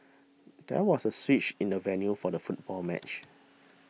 there was a switch in the venue for the football match